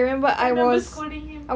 I remember scolding him